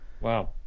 Wow